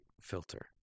filter